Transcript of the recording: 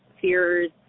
fears